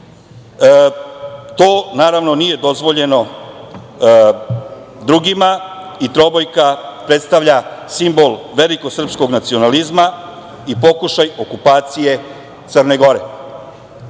to naravno nije dozvoljeno drugima i trobojka predstavlja simbol velikog srpskog nacionalizma i pokušaj okupacije Crne Gore.O